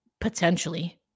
potentially